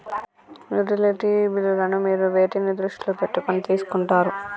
Utility బిల్లులను మీరు వేటిని దృష్టిలో పెట్టుకొని తీసుకుంటారు?